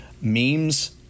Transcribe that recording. memes